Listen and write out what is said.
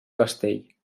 castell